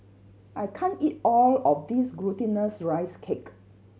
I can't eat all of this Glutinous Rice Cake